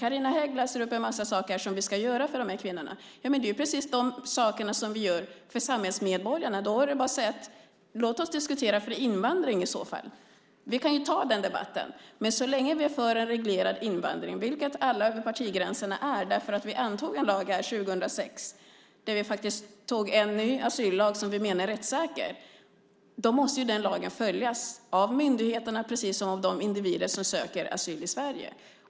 Carina Hägg läser upp en massa saker som vi ska göra för de här kvinnorna. Men det är precis de saker vi gör för samhällsmedborgarna. Låt oss diskutera fri invandring i så fall. Vi kan ta den debatten. Men vi är över partigränserna för en reglerad invandring. Vi antog en ny asyllag här 2006 som vi menar är rättssäker. Den lagen måste följas av såväl myndigheterna som de individer som söker asyl i Sverige.